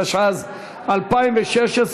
התשע"ז 2016,